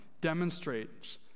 demonstrates